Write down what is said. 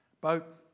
Boat